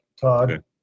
Todd